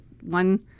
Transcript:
one